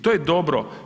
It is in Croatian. To je dobro.